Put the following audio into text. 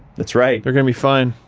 that's right. they're gonna be fine.